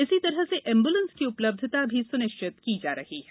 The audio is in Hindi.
इसी तरह से एम्ब्लेंस की उपलब्धता भी सुनिश्चित की जा रही है